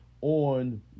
on